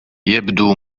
يبدو